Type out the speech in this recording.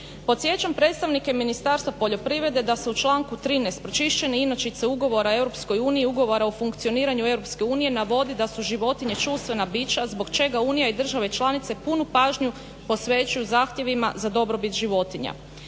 Podsjećam predstavnike ministarstva poljoprivrede da se u članku 13. pročišćene inačice ugovora o EU, ugovora o funkcioniranju EU navodi da su životinje čuvstvena bića zbog čega unija i države članice punu pažnju posvećuju zahtjevima za dobrobit.